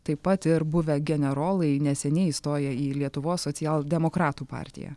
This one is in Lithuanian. taip pat ir buvę generolai neseniai įstoję į lietuvos socialdemokratų partiją